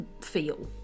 feel